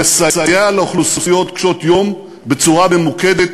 לסייע לאוכלוסיות קשות-יום בצורה ממוקדת,